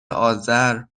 آذر